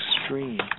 extreme